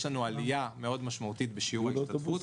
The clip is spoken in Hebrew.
יש לנו עלייה משמעותית מאוד בשיעור ההשתתפות.